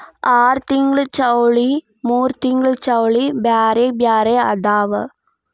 ಆರತಿಂಗ್ಳ ಚೌಳಿ ಮೂರತಿಂಗ್ಳ ಚೌಳಿ ಬ್ಯಾರೆ ಬ್ಯಾರೆ ಅದಾವ